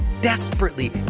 desperately